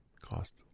cost